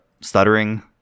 Stuttering